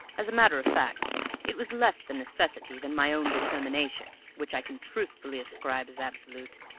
as a matter of fact it was less the necessity than my own determination which i can truthfully ascribe as absolute.